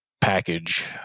package